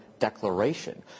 declaration